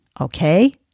Okay